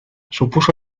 supuso